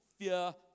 Fear